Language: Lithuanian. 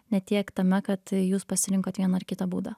ne tiek tame kad jūs pasirinkot vieną ar kitą būdą